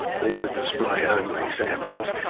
these are display-only samples.